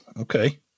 okay